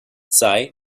sei